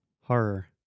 Horror